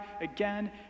again